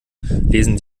lesen